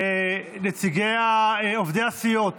נציגי הסיעות,